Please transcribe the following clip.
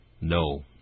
No